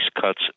cuts